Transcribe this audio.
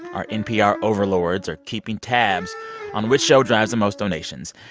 our npr overlords are keeping tabs on which show drives the most donations.